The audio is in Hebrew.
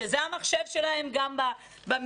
שזה המחשב שלהם גם במשרדים,